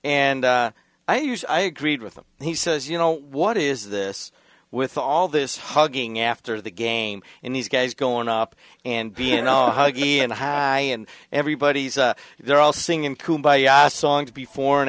and i use i agreed with him he says you know what is this with all this hugging after the game and these guys going up and being no huggy and high and everybody's they're all singing songs before and